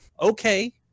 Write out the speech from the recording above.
okay